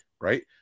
Right